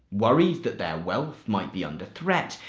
worried that their wealth might be under threat,